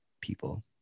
people